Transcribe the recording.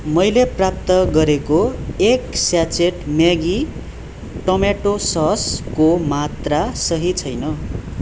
मैले प्राप्त गरेको एक स्याचेट म्यागी टम्याटो ससको मात्रा सही छैन